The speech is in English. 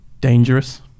dangerous